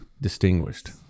distinguished